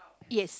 yes